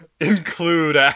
Include